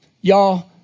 y'all